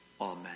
Amen